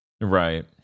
Right